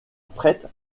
prêtes